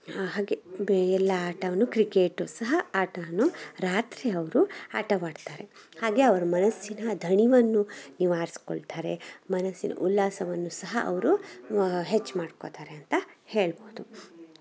ಹಾ ಹಾಗೆ ಬೇರೆ ಎಲ್ಲ ಆಟವನ್ನು ಕ್ರಿಕೇಟು ಸಹ ಆಟವನ್ನು ರಾತ್ರಿ ಅವರು ಆಟವಾಡ್ತಾರೆ ಹಾಗೆ ಅವ್ರ ಮನಸ್ಸಿನ ಧಣಿವನ್ನು ನಿವಾರಿಸ್ಕೊಳ್ತಾರೆ ಮನಸ್ಸಿನ ಉಲ್ಲಾಸವನ್ನು ಸಹ ಅವರು ಹೆಚ್ಚು ಮಾಡ್ಕೊತಾರೆ ಅಂತ ಹೇಳಬಹುದು